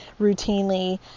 routinely